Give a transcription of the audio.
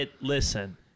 Listen